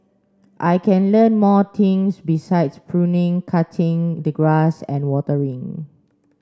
I can learn more things besides pruning cutting the grass and watering